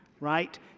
Right